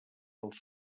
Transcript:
als